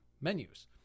menus